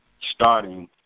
starting